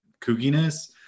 kookiness